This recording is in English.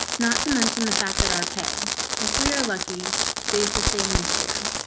not to mention the fact that our pay if we're lucky, stays the same this year,